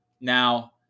Now